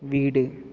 வீடு